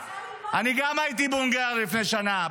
--- אני גם הייתי בהונגריה לפני שנה,